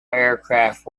aircraft